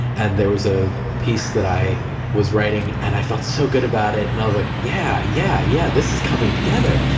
and there was a piece that i was writing and i felt so good about it, and i was like, yeah, yeah, yeah. this is coming together.